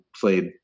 played